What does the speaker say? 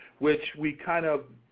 which we kind of,